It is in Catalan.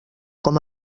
com